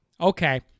Okay